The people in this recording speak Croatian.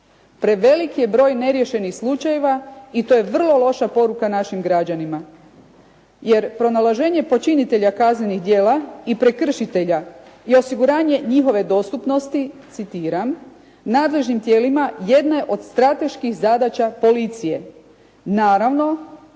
Preveliki je broj neriješenih slučajeva i to je vrlo loša poruka našim građanima. Jer pronalaženje počinitelja kaznenih djela i prekršitelja i osiguranje njihove dostupnosti, citiram: «nadležnim tijelima jedna je od strateških zadaća policije». Naravno